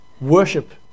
worship